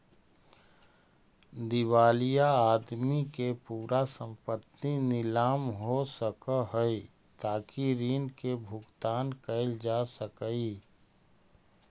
दिवालिया आदमी के पूरा संपत्ति नीलाम हो सकऽ हई ताकि ऋण के भुगतान कैल जा सकई